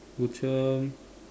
Outram